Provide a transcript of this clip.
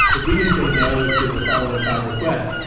if we can say no to the following five requests,